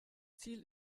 ziel